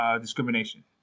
Discrimination